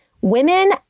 women